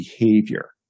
behavior